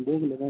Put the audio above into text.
دیکھ لیں گے